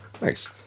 Nice